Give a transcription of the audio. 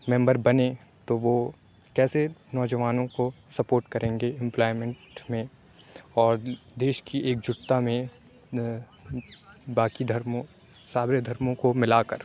ممبر بنے تو وہ کیسے نوجوانوں کو سپورٹ کریں گے امپلائمنٹ میں اور دیش کی ایک جُٹتا میں باقی دھرموں صابر دھرموں کو ملا کر